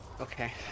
Okay